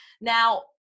Now